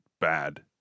bad